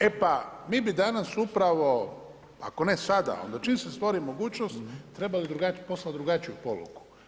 E pa mi bi danas upravo ako ne sada, onda čim se stvori mogućnost trebali poslati drugačiju poruku.